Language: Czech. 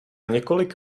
několik